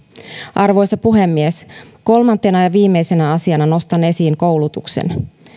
arvoisa puhemies kolmantena ja viimeisenä asiana nostan esiin koulutuksen